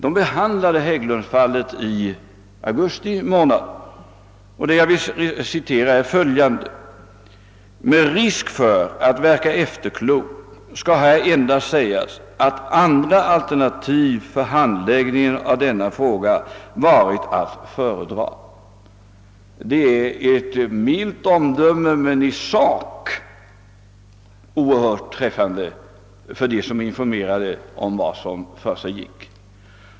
Den behandlade Hägglundsfallet i augusti månad och skrev då följande: »Med risk för att verka efterklok skall här endast sägas, att andra alternativ för handläggningen av denna fråga varit att föredra.» Det är ett milt omdöme men i sak oerhört träffande för dem som är informerade om vad som försiggick.